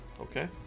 okay